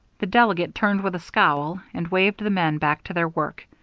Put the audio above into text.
the delegate turned with a scowl, and waved the men back to their work.